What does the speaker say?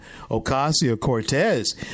Ocasio-Cortez